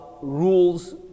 rules